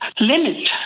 limit